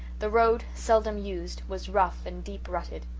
the road, seldom used, was rough and deep-rutted.